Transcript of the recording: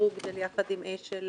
שברוקדייל יחד עם אש"ל